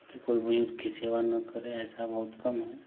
कि कोई बुज़ुर्ग की सेवा ना करें ऐसा बहुत कम है